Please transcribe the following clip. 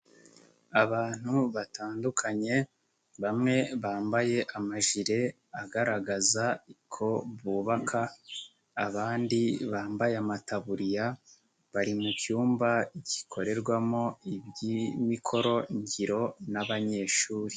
Abantu batandukanye, bamwe bambaye amajire agaragaza ko bubaka, abandi bambaye amataburiya, bari mu cyumba gikorerwamo iby'imikorongiro n'abanyeshuri.